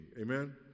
Amen